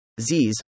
z's